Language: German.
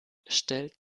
stellt